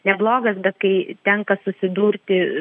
neblogas bet kai tenka susidurti